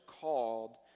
called